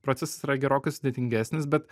procesas yra gerokai sudėtingesnis bet